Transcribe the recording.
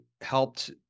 helped